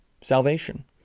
salvation